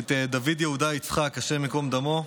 את דוד יהודה יצחק, השם ייקום דמו,